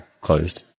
closed